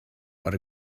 but